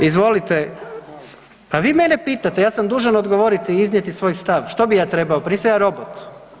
Izvolite … [[Upadica iz klupe se ne razumije]] Pa vi mene pitate, ja sam dužan odgovoriti i iznijeti svoj stav, što bi ja trebao, pa nisam ja robot.